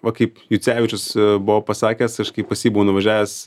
va kaip jucevičius buvo pasakęs aš kaip pas jį buvau nuvažiavęs